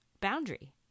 boundary